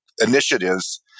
initiatives